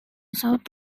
south